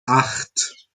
acht